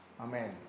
Amen